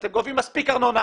אתם גובים מספיק ארנונה,